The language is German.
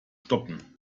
stoppen